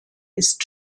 ist